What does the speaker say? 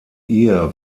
ihr